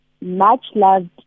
much-loved